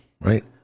right